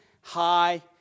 high